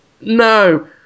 No